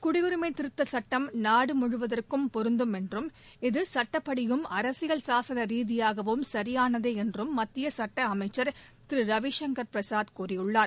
குடியுரிமைதிருத்தச் சுட்டம் நாடுமுழுவதற்கும் பொருந்தும் என்றும் இது சுட்டப்படியும் அரசியல் சாசனரீதியாகவும் சியானதேஎன்றும் மத்தியசுட்டஅமைச்சர் திருரவிசுங்கர் பிரசாத் கூறியுள்ளார்